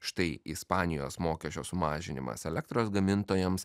štai ispanijos mokesčio sumažinimas elektros gamintojams